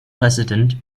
president